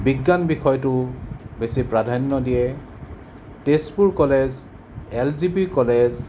বিজ্ঞান বিষয়টো বেছি প্ৰাধান্য দিয়ে Tezpur college L G B college